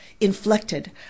inflected